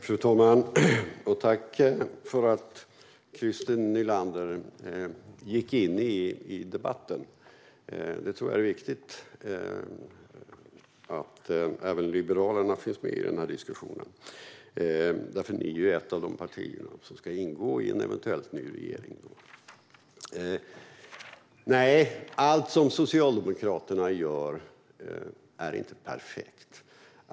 Fru talman! Jag tackar för att Christer Nylander gick in i debatten. Jag tror att det är viktigt att även Liberalerna finns med i den här diskussionen. Det är ju ett av de partier som ska ingå i en eventuell ny regering. Nej, det är inte så att allt som Socialdemokraterna gör är perfekt.